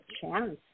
chance